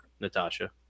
Natasha